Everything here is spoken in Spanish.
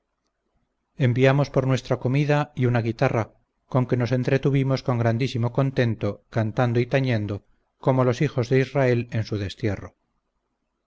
enviamos por nuestra comida y una guitarra con que nos entretuvimos con grandísimo contento cantando y tañendo como los hijos de israel en su destierro